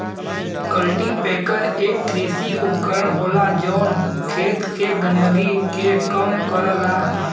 cultipacker एक कृषि उपकरण होला जौन खेत के गंदगी के कम करला